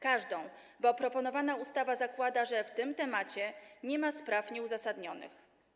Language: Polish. Każdą, bo proponowana ustawa zakłada, że w tym temacie nie ma spraw nieuzasadnionych.